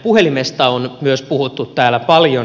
puhelimesta on myös puhuttu täällä paljon